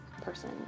person